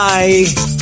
Bye